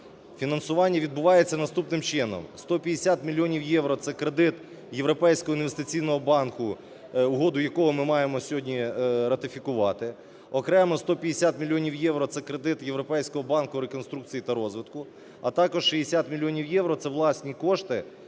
Фінансування відбувається наступним чином: 150 мільйонів євро – це кредит Європейського інвестиційного банку, угоду якого ми маємо сьогодні ратифікувати; окремо 150 мільйонів євро – це кредит Європейського банку реконструкції та розвитку, а також 60 мільйонів євро – це власні кошти